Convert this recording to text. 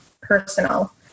personal